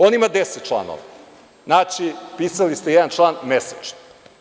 On ima 10 članova, znači pisali ste jedan član mesečno.